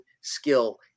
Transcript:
skill